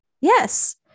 Yes